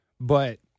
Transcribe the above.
But-